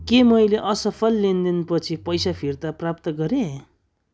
के मैले असफल लेनदेन पछि पैसा फिर्ता प्राप्त गरेँ